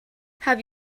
have